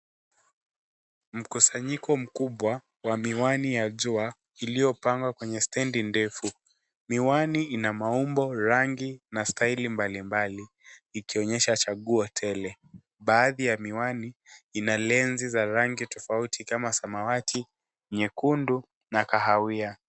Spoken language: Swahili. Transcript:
Mkusanyiko mkubwa wa miwani ya jua iliyo pangwa kwenye stendi ndefu. Miwani ina maumbo rangi na staili mbalimbali , ikionyesha chaguo tele. Baadhi ya miwani ina lenzi za rangi tofauti kama samawati nyekundu na kahawia.